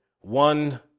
one